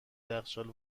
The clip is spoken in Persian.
یخچال